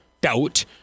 doubt